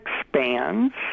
expands